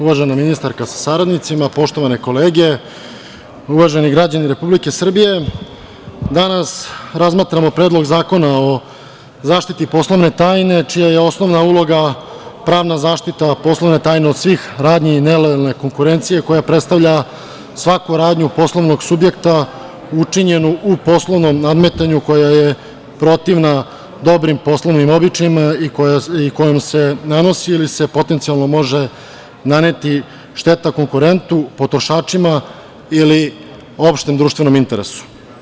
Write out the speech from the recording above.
Uvažena ministarko, sa saradnicima, poštovane kolege, uvaženi građani Republike Srbije, danas razmatramo Predlog zakona o zaštiti poslovne tajne, čija je osnovna uloga pravna zaštita poslovne tajne, od svih radnji i nelojalne konkurencije, koja predstavlja svaku radnju poslovnog subjekta učinjenu u poslovnom nadmetanju, koja je protivna dobrim poslovnim običajima i kojom se nanosi ili se potencijalno može naneti šteta konkurentu, potrošačima ili opštem društvenom interesu.